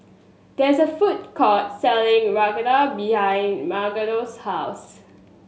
there is a food court selling Raita behind Marquita's house